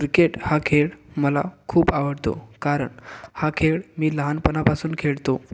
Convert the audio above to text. cricket हा खेळ मला खूप आवडतो कारण हा खेळ मी लहानपणापासून खेळतो